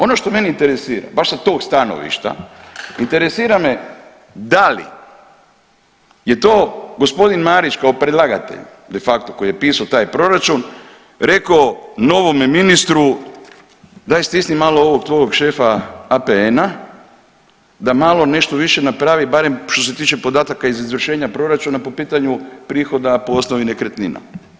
Ono što mene interesira, baš sa tog stanovišta interesira me da li je to gospodin Marić kao predlagatelj de facto koji je pisao taj proračun rekao novome ministru daj stisni malo ovog tvog šefa APN-a da malo nešto više napravi barem što se tiče podataka iz izvršenja proračuna po pitanju prihoda po osnovi nekretnina.